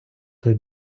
той